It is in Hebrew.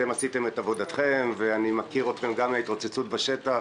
אתם עשיתם את עבודתכם ואני מכיר אתכם גם מההתרוצצות בשטח